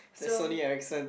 it's like Sony Ericsson